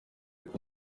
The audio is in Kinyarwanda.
kuba